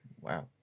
wow